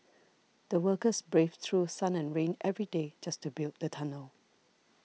the workers braved through sun and rain every day just to build the tunnel